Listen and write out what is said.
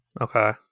Okay